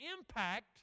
impact